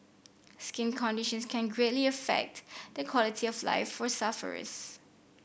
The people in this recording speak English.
skin conditions can greatly affect the quality of life for sufferers